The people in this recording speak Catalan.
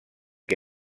que